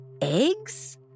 eggs